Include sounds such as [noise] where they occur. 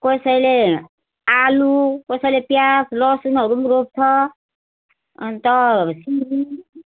कसैले आलु कसैले प्याज लसुनहरू पनि रोप्छ अन्त [unintelligible]